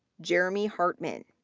jeremy hartman,